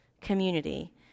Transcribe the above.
community